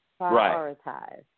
Prioritize